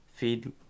feed